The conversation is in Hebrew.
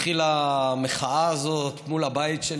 התחילה המחאה הזאת מול הבית שלי.